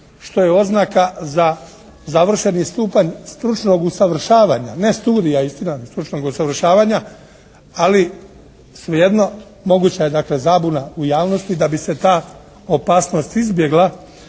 što je oznaka za završeni stupanj stručnog usavršavanja, ne studija, istina stručnog usavršavanja. Ali, svejedno moguća je dakle zabuna u javnosti. Da bi se ta opasnost izbjegla